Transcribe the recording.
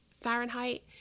Fahrenheit